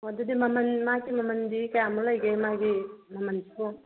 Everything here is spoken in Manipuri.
ꯑꯣ ꯑꯗꯨꯗꯤ ꯃꯃꯟ ꯃꯥꯁꯦ ꯃꯃꯟꯗꯤ ꯀꯌꯥꯃꯨꯛ ꯂꯩꯒꯦ ꯃꯥꯒꯤ ꯃꯃꯟ ꯁꯤꯕꯣ